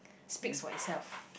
speaks for itself